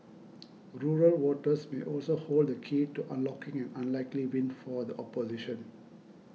rural voters may also hold the key to unlocking an unlikely win for the opposition